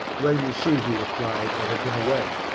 well, you see, he replied, i have been away.